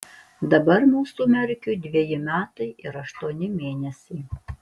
dabar mūsų merkiui dveji metai ir aštuoni mėnesiai